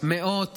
היו מאות